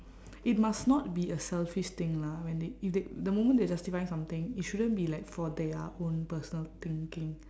it must not be a selfish thing lah when they if they the moment they are justifying something it shouldn't be like for their own personal thinking